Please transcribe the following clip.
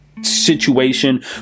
Situation